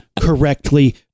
correctly